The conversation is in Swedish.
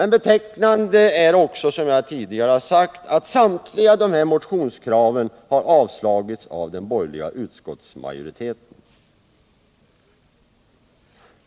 Det är, som jag tidigare har sagt, betecknande att samtliga dessa motionskrav har avstyrkts av den borgerliga utskottsmajoriteten.